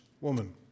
woman